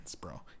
bro